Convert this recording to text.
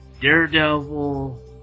Daredevil